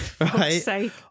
right